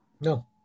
No